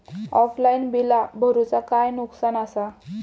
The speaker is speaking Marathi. ऑफलाइन बिला भरूचा काय नुकसान आसा?